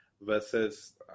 versus